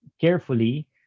carefully